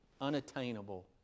unattainable